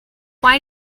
why